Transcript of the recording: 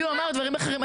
לי הוא אמר דברים אחרים.